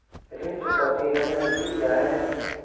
ऋण चुकौती रणनीति क्या है?